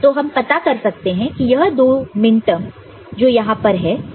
तो हम पता कर सकते हैं कि यह दो मिनटर्म जो यहां पर है